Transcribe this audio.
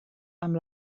amb